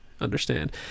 understand